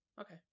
okay